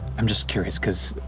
i'm just curious, because